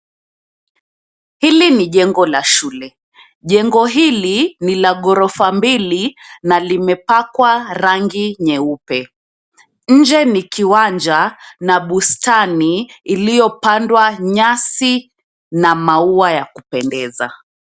Hili ninjengo la shule. Jengo hili ni la ghorofa mbili na limepakwa rangi nyeupe. Nje ni kiwanja na bustani iliyopandwa nyasi na maua ya kupendeza.